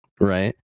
right